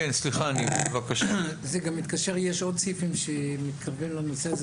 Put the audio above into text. יש עוד סעיפים בנושא הזה.